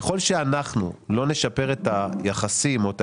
ככל שאנחנו לא נשפר את היחסים או את